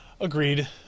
Agreed